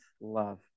love